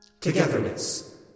togetherness